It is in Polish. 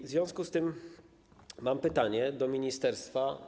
W związku z tym mam pytanie do ministerstwa.